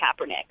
kaepernick